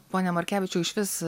pone markevičiui išvis